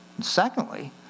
Secondly